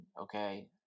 okay